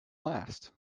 last